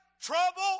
trouble